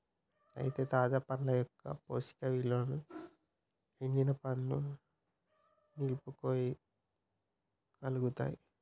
అయితే తాజా పండ్ల యొక్క పోషక ఇలువలను ఎండిన పండ్లు నిలుపుకోగలుగుతాయి